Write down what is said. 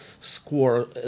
score